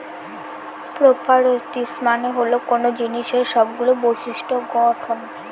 properties মানে হল কোনো জিনিসের সবগুলো বিশিষ্ট্য গঠন